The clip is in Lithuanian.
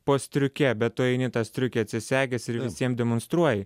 po striuke bet tu eini tą striukę atsisegęs ir visiem demonstruoji